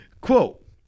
Quote